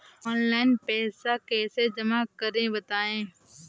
Online पैसा कैसे जमा करें बताएँ?